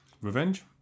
Revenge